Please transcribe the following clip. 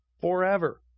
forever